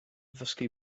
ddysgu